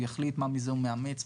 הוא יחליט מה מזה הוא מאמץ,